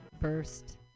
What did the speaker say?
first